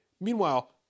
Meanwhile